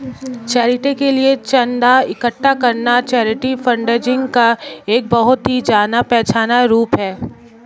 charity के लिए चंदा इकट्ठा करना चैरिटी फंडरेजिंग का एक बहुत ही जाना पहचाना रूप है